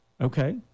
Okay